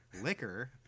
Liquor